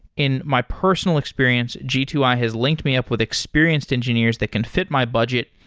in my personal experience, g two i has linked me up with experienced engineers that can fit my budget,